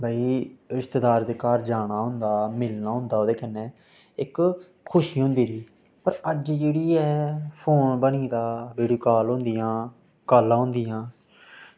भाई रिश्तेदार दे घर जाना होंदा मिलना होंदा ओह्दे कन्नै इक्क खुशी होंदी ही पर अज्ज जेह्ड़ी ऐ फोन बनियै दा वीडियो कॉल होंदियां कॉलां होंदियां